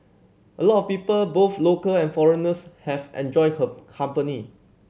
a lot of people both local and foreigners have enjoyed her company